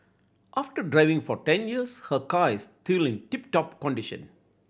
after driving for ten years her car is still in tip top condition